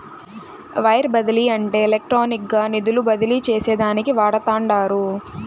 wire బదిలీ అంటే ఎలక్ట్రానిక్గా నిధులు బదిలీ చేసేదానికి వాడతండారు